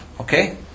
Okay